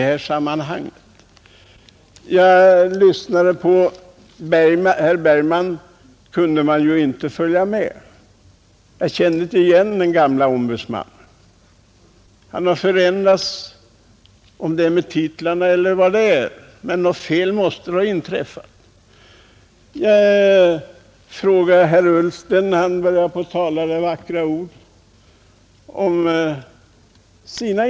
När jag lyssnade till herr Bergman kunde jag inte följa med. Jag kände inte igen den gamle ombudsmannen. Han har förändrats — jag vet inte om det är med titlarna eller något annat, men något fel måste ha inträffat. Jag frågade herr Ullsten, när han började använda vackra ord, om hans intressen.